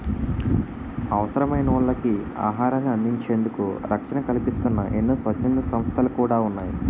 అవసరమైనోళ్ళకి ఆహారాన్ని అందించేందుకు రక్షణ కల్పిస్తూన్న ఎన్నో స్వచ్ఛంద సంస్థలు కూడా ఉన్నాయి